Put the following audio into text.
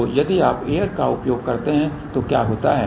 तो यदि आप एयर का उपयोग करते हैं तो क्या होता है